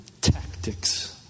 tactics